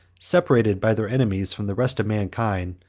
separated by their enemies from the rest of mankind,